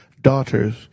daughters